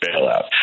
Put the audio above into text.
bailout